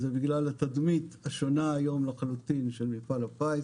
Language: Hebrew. זה בגלל התדמית השונה היום לחלוטין של מפעל הפיס.